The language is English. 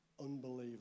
unbelievable